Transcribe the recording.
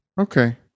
Okay